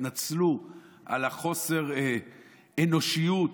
התנצלו על חוסר האנושיות.